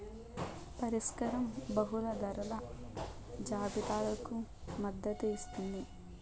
పరిష్కారం బహుళ ధరల జాబితాలకు మద్దతు ఇస్తుందా?